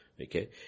okay